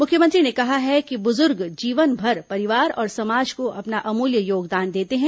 मुख्यमंत्री ने कहा है कि बुजुर्ग जीवन भर परिवार और समाज को अपना अमूल्य योगदान देते हैं